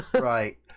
right